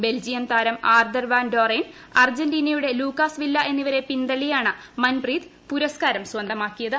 Belgium താരം Arthur Van Doren അർജന്റീനയുടെ Lucas Villa എന്നിവരെ പിൻതള്ളിയാണ് മൻപ്രീത് പുരസ്കാരം സ്വന്തമാക്കിയത്